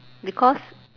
because